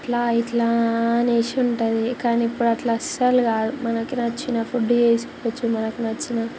అట్లా ఇట్లా అనేసి ఉంటుంది కానీ ఇప్పుడట్లా అస్సలు కాదు మనకి నచ్చిన ఫుడ్ చేసుకోచ్చు మనకు నచ్చిన ఫుడ్